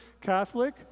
Catholic